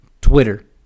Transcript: Twitter